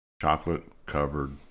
chocolate-covered